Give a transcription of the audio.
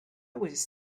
was